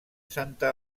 santa